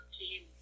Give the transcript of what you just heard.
team